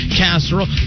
casserole